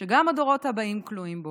שגם הדורות הבאים כלואים בו.